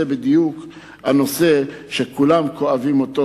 זה בדיוק הנושא שכולם כואבים אותו,